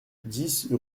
dix